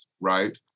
right